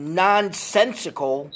nonsensical